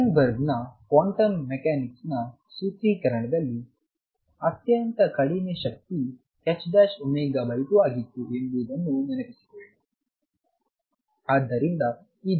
Heisenberg ನ quantum ಮೆಕ್ಯಾನಿಕ್ಸ್ನ ಸೂತ್ರೀಕರಣದಲ್ಲಿ ಅತ್ಯಂತ ಕಡಿಮೆ ಶಕ್ತಿ ℏω2 ಆಗಿತ್ತು ಎಂಬುದನ್ನು ನೆನಪಿಸಿಕೊಳ್ಳಿ